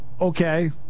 Okay